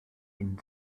been